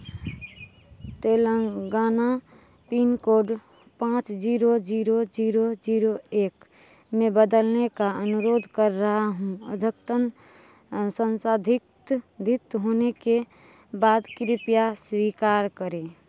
Telangana pin code पाँच zero zero zero zero एक में बदलने का अनुरोध कर रहा हूँ अद्यतन संशोधित धित होने के बाद कृपया स्वीकार करें